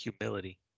humility